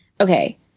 okay